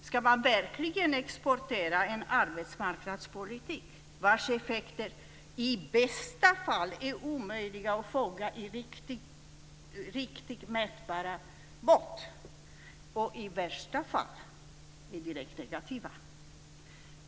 Ska man verkligen exportera en arbetsmarknadspolitik vars effekter i bästa fall är omöjliga att fånga i riktigt mätbara mått och i värsta är direkt negativa?